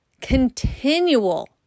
continual